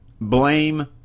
blame